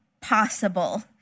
possible